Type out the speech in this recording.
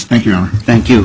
thank you thank you